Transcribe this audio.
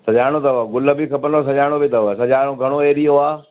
सजाइणो अथव गुल बि खपनव सजाइणो बि अथव सजाइणो घणो एरियो आहे